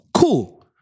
Cool